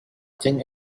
think